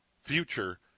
future